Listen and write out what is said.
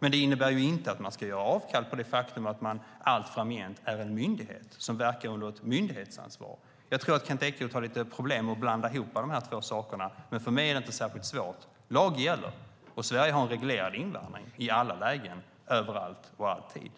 Men det innebär inte att man ska göra avkall på att man allt framgent är en myndighet som verkar under ett myndighetsansvar. Jag tror att Kent Ekeroth har lite problem med att blanda ihop dessa två saker. För mig är det dock inte särskilt svårt. Lag gäller, och Sverige har en reglerad invandring i alla lägen, överallt och alltid.